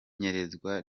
inyerezwa